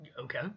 Okay